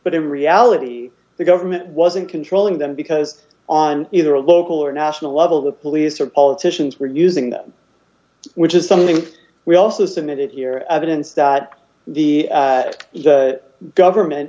but in reality the government wasn't controlling them because on either a local or national level the police or politicians were using them which is something we also submitted here evidence that the government